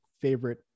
favorite